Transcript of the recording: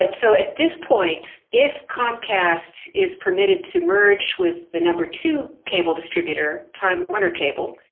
but so at this point if comcast is permitted to merge with the number two cable distributor, time warner cable,